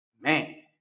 man